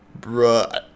Bruh